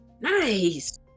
Nice